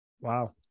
Wow